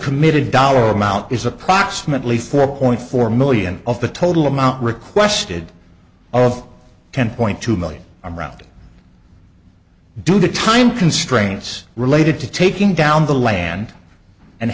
committed dollar amount is approximately four point four million of the total amount requested of ten point two million i'm rounding due to time constraints related to taking down the land and